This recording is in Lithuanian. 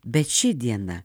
bet ši diena